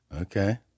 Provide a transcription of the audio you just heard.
Okay